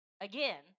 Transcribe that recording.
Again